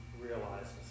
realizes